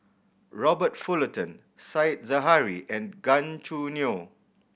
Robert Fullerton Said Zahari and Gan Choo Neo